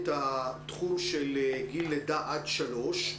את התחום של גיל לידה עד שלוש,